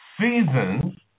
seasons